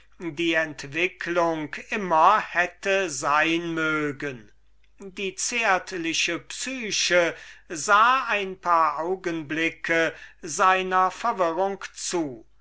die entwicklung immer hätte sein mögen die zärtliche psyche sah etliche augenblicke seiner verwirrung zu